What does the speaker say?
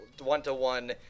One-to-one